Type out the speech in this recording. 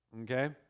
Okay